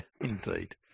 indeed